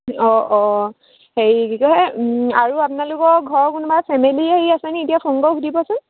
অঁ অঁ হেৰি কি কয় আৰু আপোনালোকৰ ঘৰৰ কোনোবা ফেমিলি হেৰি আছে নেকি এতিয়া সংঘক সুধিবচোন